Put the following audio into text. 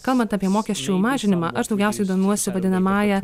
kalbant apie mokesčių mažinimą aš daugiausiai domiuosi vadinamąja